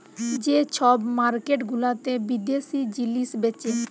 যে ছব মার্কেট গুলাতে বিদ্যাশি জিলিস বেঁচে